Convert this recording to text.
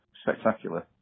Spectacular